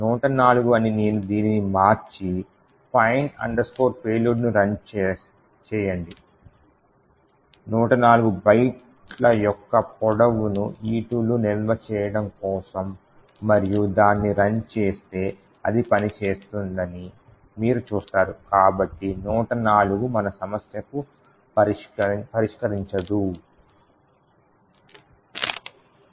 104 అని నేను దీనిని మార్చి find payloadను రన్ చేయండి 104 బైట్ యొక్క పొడవును E2 లో నిల్వ చేయడం కోసం మరియు దాన్ని రన్ చేస్తే అది పనిచేస్తుందని మీరు చూస్తారు కాబట్టి 104 మన సమస్యను పరిష్కరించదు